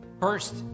First